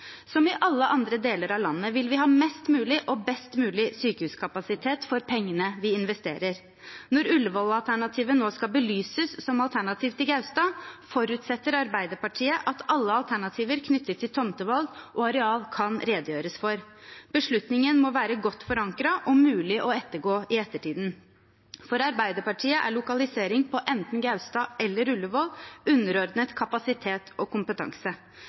Som i alle andre deler av landet vil vi ha mest mulig og best mulig sykehuskapasitet for pengene vi investerer. Når Ullevål-alternativet nå skal belyses som alternativ til Gaustad, forutsetter Arbeiderpartiet at alle alternativer knyttet til tomtevalg og areal kan redegjøres for. Beslutningen må være godt forankret og mulig å ettergå i ettertid. For Arbeiderpartiet er lokalisering på enten Gaustad eller Ullevål underordnet kapasitet og kompetanse,